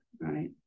right